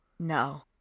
no